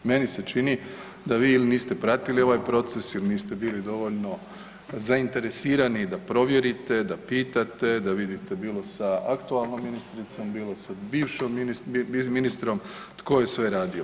Meni se čini da vi ili niste pratili ovaj proces ili niste bili dovoljno zainteresirani da provjerite, da pitate, da vidite bilo sa aktualnom ministricom, bilo sa bivšim ministrom tko je sve radio.